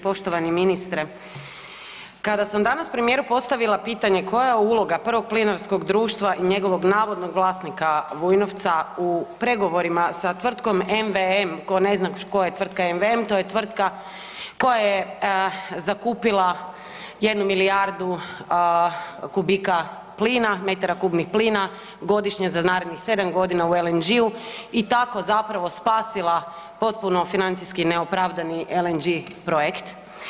Poštovani ministre kada sam danas premijeru postavila pitanje koja je uloga prvog plinarskog društva i njegovog navodnog vlasnika Vujnovca u pregovorima sa tvrtkom MVM, tko ne zna koja je tvrtka MVM to je tvrtka koja je zakupila 1 milijardu kubika plina metara kubnih plina godišnje za narednih 7 godina u LNG-u i tako zapravo spasila potpuno financijski neopravdani LNG-i projekt.